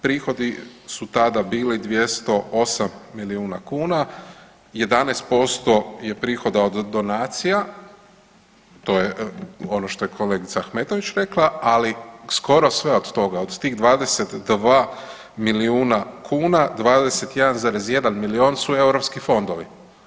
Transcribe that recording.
Prihodi su tada bili 208 milijuna kuna, 11% je prihoda od donacija, to je ono što je kolegica Ahmetović rekla ali skoro sve od toga, od tih 22 milijuna kuna 21,1 milijun su europski fondovi.